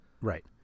Right